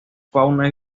fauna